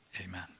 Amen